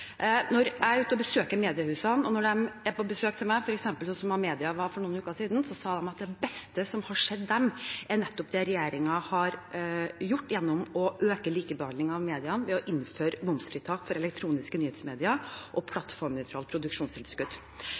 Når jeg er ute og besøker mediehusene, og når de er på besøk hos meg, f.eks. som Amedia var for noen uker siden, sier de at det beste som har skjedd dem, er nettopp det regjeringen har gjort gjennom å øke likebehandling av mediene ved å innføre momsfritak for elektroniske nyhetsmedier og plattformnøytralt produksjonstilskudd.